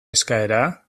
eskaera